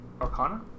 arcana